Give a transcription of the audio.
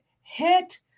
hit